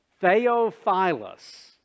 Theophilus